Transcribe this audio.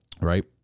Right